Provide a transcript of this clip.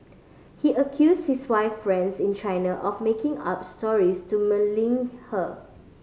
he accused his wife friends in China of making up stories to malign her